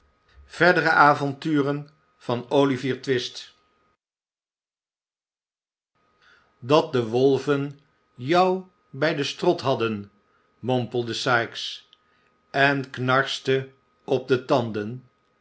verdere avonturen van oi ivier twist dat de wolven jou bij den strot hadden mompelde sikes en knarste op de tanden